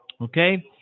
okay